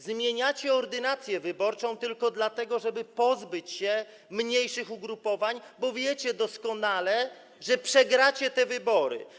Zmieniacie ordynację wyborczą tylko dlatego, żeby pozbyć się mniejszych ugrupowań, bo wiecie doskonale, że przegracie te wybory.